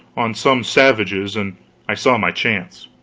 on some savages, and i saw my chance.